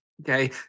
Okay